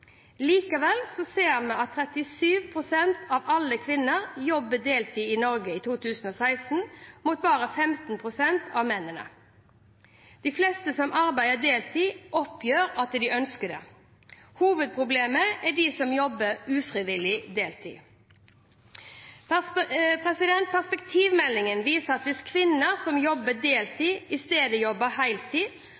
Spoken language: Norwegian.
ser vi at 37 pst. av alle kvinner jobbet deltid i Norge i 2016, mot bare 15 pst. av mennene. De fleste som arbeider deltid, oppgir at de ønsker det. Hovedproblemet er dem som jobber ufrivillig deltid. Perspektivmeldingen viser at hvis kvinner som jobber